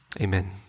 Amen